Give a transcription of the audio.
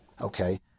okay